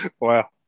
Wow